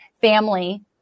family